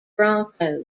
broncos